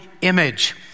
image